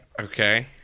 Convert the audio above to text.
Okay